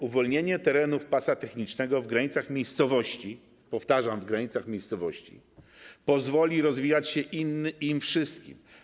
Uwolnienie terenów pasa technicznego w granicach miejscowości - powtarzam: w granicach miejscowości - pozwoli rozwijać się im wszystkim.